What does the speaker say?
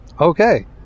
Okay